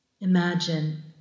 Imagine